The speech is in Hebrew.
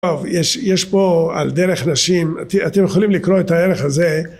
טוב, יש פה על דרך נשים, אתם יכולים לקרוא את הערך הזה.